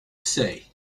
say